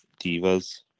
divas